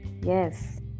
Yes